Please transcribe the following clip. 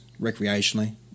recreationally